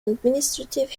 administrative